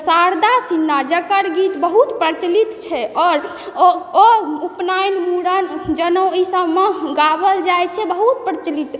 शारदा सिन्हा जकर गीत बहुत प्रचलित छै आोर ओ ओ उपनयन मुरन जनेउ ई सबमे गाबल जाइ छै बहुत प्रचलित